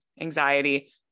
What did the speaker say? anxiety